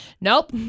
Nope